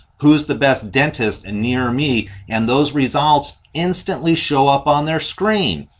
who's the best dentist and near me and those results instantly show up on their screen.